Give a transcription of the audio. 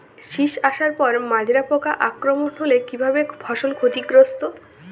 শীষ আসার পর মাজরা পোকার আক্রমণ হলে কী ভাবে ফসল ক্ষতিগ্রস্ত?